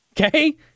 Okay